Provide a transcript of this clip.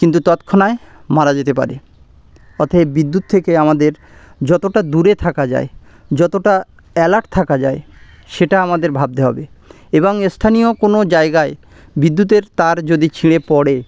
কিন্তু তৎক্ষণাৎ মারা যেতে পারে অতএব বিদ্যুৎ থেকে আমাদের যতটা দূরে থাকা যায় যতটা অ্যালার্ট থাকা যায় সেটা আমাদের ভাবতে হবে এবং স্থানীয় কোনো জায়গায় বিদ্যুতের তার যদি ছিঁড়ে পড়ে